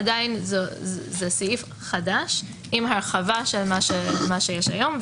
עדיין זה סעיף חדש עם הרחבה של מה שיש היום,